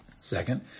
Second